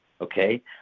Okay